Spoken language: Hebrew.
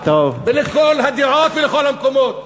לכל הדעות ולכל המקומות.